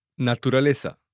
Naturaleza